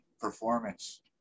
performance